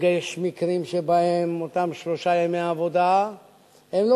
פוגש מקרים שבהם אותם שלושה ימי עבודה הם לא